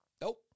Nope